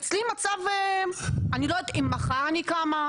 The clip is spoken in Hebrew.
אצלי המצב אני לא יודעת אם מחר אני קמה,